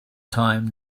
time